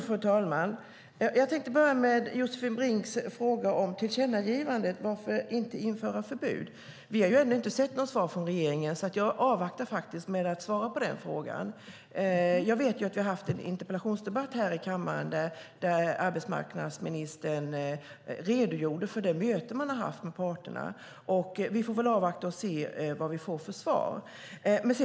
Fru talman! Jag tänkte börja med Josefin Brinks fråga om tillkännagivandet. Varför inte införa förbud? Vi har ännu inte sett något svar från regeringen. Därför avvaktar jag med att svara på den frågan. Jag vet att vi har haft en interpellationsdebatt här i kammaren där arbetsmarknadsministern redogjorde för det möte man haft med parterna. Vi får väl avvakta och se vad vi får för svar.